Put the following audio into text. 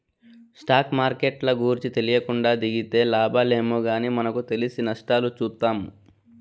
stock మార్కెట్ల గూర్చి తెలీకుండా దిగితే లాబాలేమో గానీ మనకు తెలిసి నష్టాలు చూత్తాము